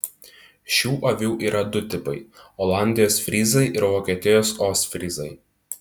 šių avių yra du tipai olandijos fryzai ir vokietijos ostfryzai